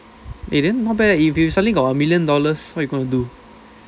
eh then not bad leh if you suddenly got a million dollars what you gonna do